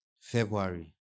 February